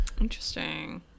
Interesting